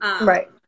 right